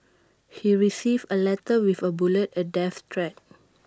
he received A letter with A bullet A death threat